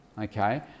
Okay